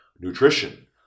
nutrition